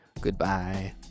Goodbye